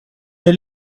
elle